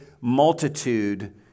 multitude